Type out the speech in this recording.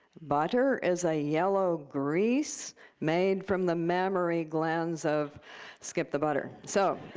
butter is a yellow grease made from the mammary glands of skip the butter. so